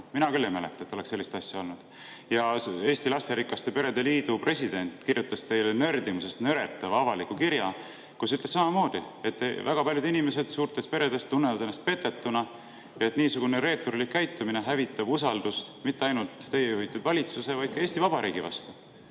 Mina küll ei mäleta, et oleks sellist asja olnud. Eesti Lasterikaste Perede Liidu president kirjutas teile nördimusest nõretava avaliku kirja, kus ütles samamoodi, et väga paljud inimesed suurtes peredes tunnevad ennast petetuna ja et niisugune reeturlik käitumine hävitab usaldust mitte ainult teie juhitud valitsuse, vaid ka Eesti Vabariigi vastu,